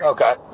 Okay